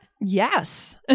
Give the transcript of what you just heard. Yes